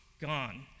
gone